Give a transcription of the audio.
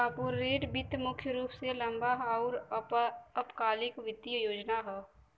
corporate वित्त मुख्य रूप से लंबा आउर अल्पकालिक वित्तीय योजना हौ